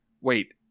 Wait